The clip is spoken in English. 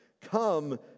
come